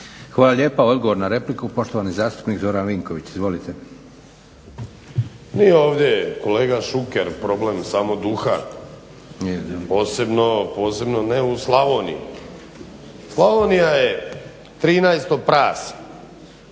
Hvala lijepa. Odgovor na repliku poštovani zastupnik Zoran Vinković. **Vinković, Zoran (HDSSB)** Nije ovdje kolega Šuker problem samo duhan, posebno ne u Slavoniji. Slavonija je 13 prase